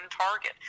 target